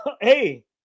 hey